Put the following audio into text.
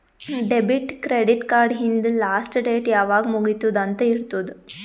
debit, credit card ಹಿಂದ್ last date ಯಾವಾಗ್ ಮುಗಿತ್ತುದ್ ಅಂತ್ ಇರ್ತುದ್